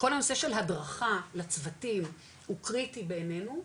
כל הנושא של הדרכה לצוותים הוא קריטי בעיננו,